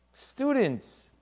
Students